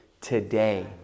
today